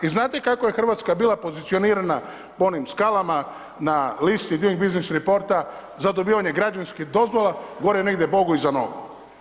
I znate kako je RH bila pozicionirana po onim skalama na listi Doing Business reporta za dobivanje građevinskih dozvola gore negdje Bogu iza nogu?